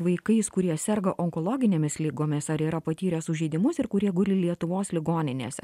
vaikais kurie serga onkologinėmis ligomis ar yra patyrę sužeidimus ir kurie guli lietuvos ligoninėse